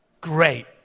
Great